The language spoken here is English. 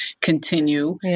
continue